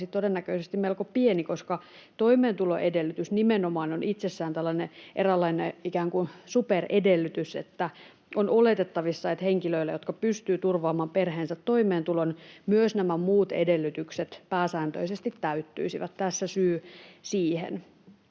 todennäköisesti melko pieni, koska nimenomaan toimeentuloedellytys on itsessään eräänlainen ikään kuin superedellytys, joten on oletettavissa, että henkilöillä, jotka pystyvät turvaamaan perheensä toimeentulon, myös nämä muut edellytykset pääsääntöisesti täyttyisivät. Tässä syy siihen.